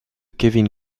kevin